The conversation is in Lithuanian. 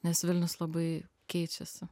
nes vilnius labai keičiasi